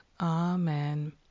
Amen